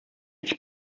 ich